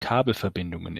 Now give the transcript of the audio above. kabelverbindungen